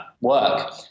work